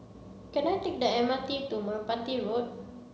can I take the M R T to Merpati Road